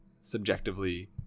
subjectively